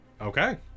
okay